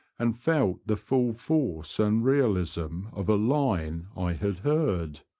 and felt the full force and realism of a line i had heard,